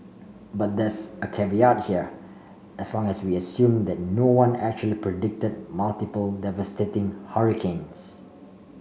but there's a caveat here as long as we assume that no one actually predicted multiple devastating hurricanes